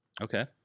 Okay